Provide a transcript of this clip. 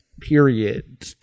Period